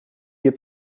dir